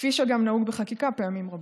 כפי שגם נהוג בחקיקה פעמים רבות.